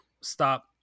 stop